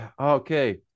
okay